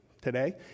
today